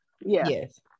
yes